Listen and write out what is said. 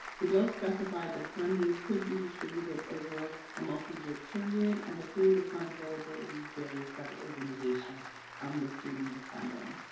the bill specified that funding could be distributed over a multi year period and the period of funds availability varies by the organization um receiving the funding.